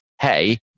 hey